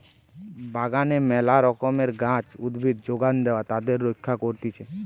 বাগানে মেলা রকমের গাছ, উদ্ভিদ যোগান দেয়া আর তাদের রক্ষা করতিছে